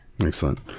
Excellent